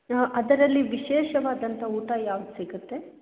ಅದರಲ್ಲಿ ವಿಶೇಷವಾದಂತಹ ಊಟ ಯಾವ್ದು ಸಿಗುತ್ತೆ